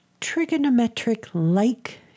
trigonometric-like